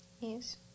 Yes